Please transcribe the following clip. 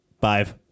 Five